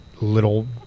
little